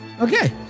Okay